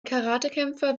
karatekämpfer